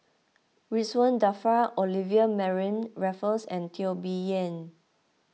Ridzwan Dzafir Olivia Mariamne Raffles and Teo Bee Yen